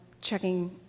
checking